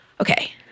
Okay